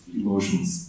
emotions